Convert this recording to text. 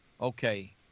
okay